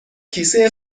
کیسه